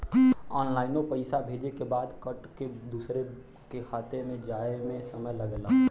ऑनलाइनो पइसा भेजे के बाद कट के दूसर खाते मे जाए मे समय लगला